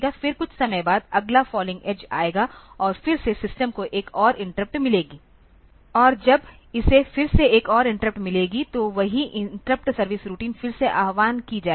फिर कुछ समय बाद अगला फॉलिंग एज आएगा और फिर से सिस्टम को एक और इंटरप्ट मिलेगी और जब इसे फिर से एक और इंटरप्ट मिलेगी तो वही इंटरप्ट सर्विस रूटीन फिर से आह्वान की जाएगी